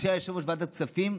כשהיה יושב-ראש ועדת כספים,